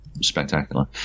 Spectacular